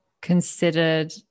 considered